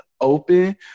open